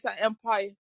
Empire